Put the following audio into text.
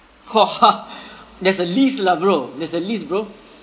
there's a list lah bro there's a list bro